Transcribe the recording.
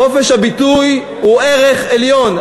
חופש הביטוי הוא ערך עליון,